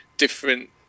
different